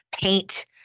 paint